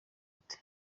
ute